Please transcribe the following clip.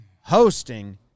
hosting